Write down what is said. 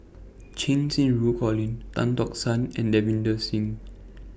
Cheng Xinru Colin Tan Tock San and Davinder Singh